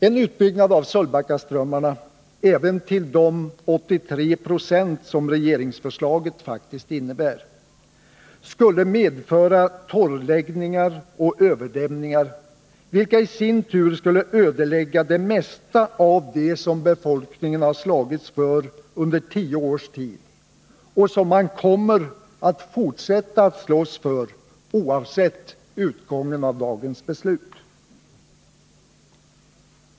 En utbyggnad av Sölvbackaströmmarna, även till de 83 70 som regeringsförslaget faktiskt innebär, skulle medföra torrläggningar och överdämningar, vilka i sin tur skulle ödelägga det mesta av det som befolkningen slagits för under tio års tid och kommer att fortsätta att slåss för oavsett innehållet i dagens beslut.